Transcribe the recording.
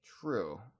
true